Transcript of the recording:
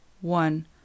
one